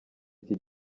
iki